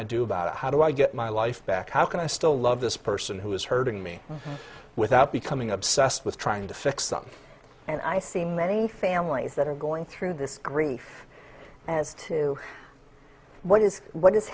i do about it how do i get my life back how can i still love this person who is hurting me without becoming obsessed with trying to fix them and i see many families that are going through this grief as to what is what is